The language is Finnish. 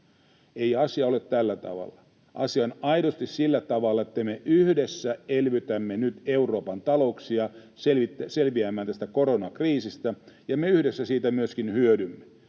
Ei asia ole tällä tavalla. Asia on aidosti sillä tavalla, että me yhdessä elvytämme nyt Euroopan talouksia selviämään tästä koronakriisistä, ja me yhdessä siitä myöskin hyödymme.